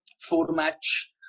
four-match